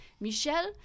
Michel